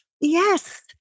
Yes